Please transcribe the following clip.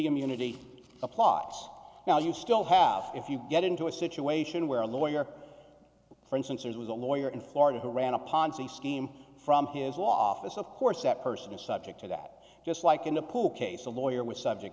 indian unity plots now you still have if you get into a situation where a lawyer for instance there's was a lawyer in florida who ran a ponzi scheme from his law office of course that person is subject to that just like in the pool case a lawyer with subject